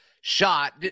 shot